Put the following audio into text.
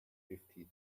fifty